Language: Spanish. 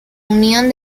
unión